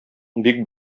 бик